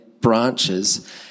branches